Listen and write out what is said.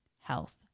health